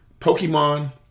Pokemon